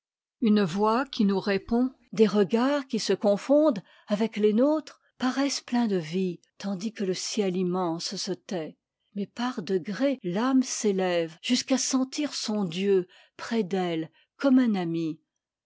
une voix qui nous répond des regards qui se confondent avec les nôtres paraissent pleins de vie tandis que le ciel immense se tait mais par degrés l'âme s'élève jusqu'à sentir son dieu près d'elle comme un ami